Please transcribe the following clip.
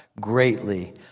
greatly